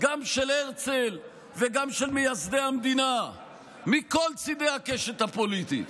גם של הרצל וגם של מייסדי המדינה מכל צידי הקשת הפוליטית.